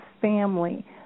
family